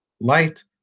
light